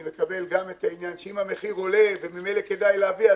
אני מקבל גם את העניין שאם המחיר עולה וממילא כדאי להביא,